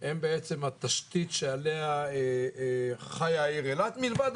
הם בעצם התשתית שעליה חיה העיר אילת, מלבד,